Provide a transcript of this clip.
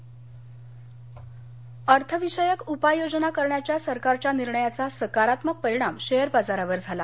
share अर्थविषयक उपाययोजना करण्याच्या सरकारच्या निर्णयाचा सकारात्मक परिणाम शेअर बाजारावर झाला